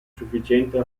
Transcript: sufficiente